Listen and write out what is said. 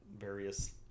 Various